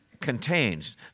contains